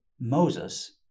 Moses